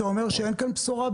אתה אומר שאין בשורה?